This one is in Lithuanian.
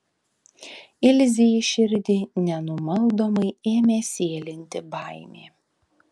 ilzei į širdį nenumaldomai ėmė sėlinti baimė